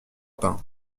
pains